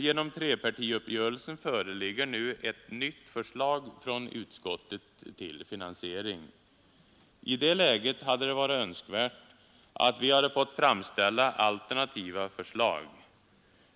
Genom trepartiuppgörelsen föreligger nu ett nytt förslag från utskottet till finansiering. I det läget hade det varit önskvärt att vi hade fått framställa alternativa förslag.